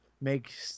make